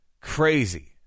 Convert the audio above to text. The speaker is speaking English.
crazy